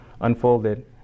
unfolded